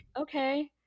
okay